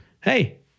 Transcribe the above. Hey